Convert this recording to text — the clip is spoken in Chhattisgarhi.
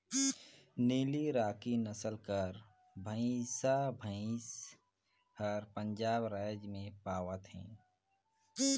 नीली राकी नसल कर भंइसा भंइस हर पंजाब राएज में पवाथे